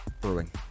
brewing